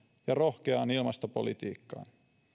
ja rohkeaan ilmastopolitiikkaan